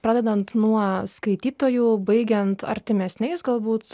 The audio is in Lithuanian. pradedant nuo skaitytojų baigiant artimesniais galbūt